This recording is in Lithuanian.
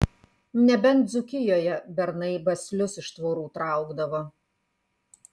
nebent dzūkijoje bernai baslius iš tvorų traukdavo